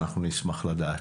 אנחנו נשמח לדעת.